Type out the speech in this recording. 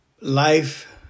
life